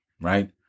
Right